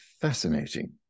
fascinating